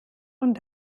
und